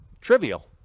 trivial